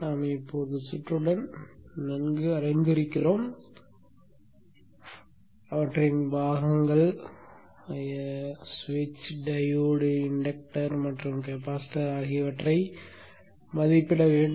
நாம் இப்போது சுற்றுடன் நன்கு அறிந்திருக்கிறோம் பாகங்கள் சுவிட்ச் டையோடு இன்டக்டர்கள் மற்றும் கெபாசிட்டர் ஆகியவற்றை மதிப்பிட வேண்டும்